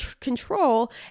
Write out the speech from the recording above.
control